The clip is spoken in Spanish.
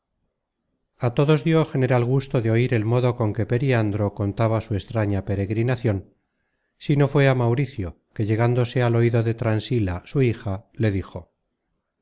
a todos dió general gusto de oir el modo con que periandro contaba su extraña peregrinacion sino fué á mauricio que llegándose al oido de transila su hija le dijo